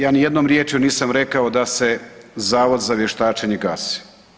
Ja nijednom riječju nisam rekao da se zavod za vještačenje gasi.